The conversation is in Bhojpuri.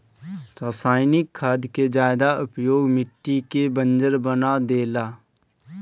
रासायनिक खाद के ज्यादा उपयोग मिट्टी के बंजर बना देला